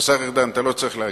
השר ארדן, אתה לא צריך להגיב.